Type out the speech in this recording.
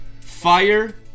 fire